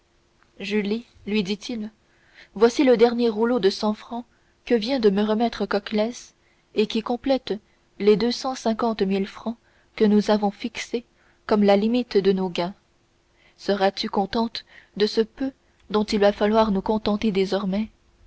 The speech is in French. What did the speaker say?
julie lui dit-il voici le dernier rouleau de cent francs que vient de me remettre coclès et qui complète les deux cent cinquante mille francs que nous avons fixés comme limite de nos gains seras-tu contente de ce peu dont il va falloir nous contenter désormais